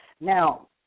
Now